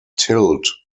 tilt